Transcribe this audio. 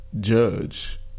judge